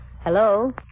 Hello